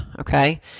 Okay